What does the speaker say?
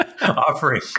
offering